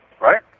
right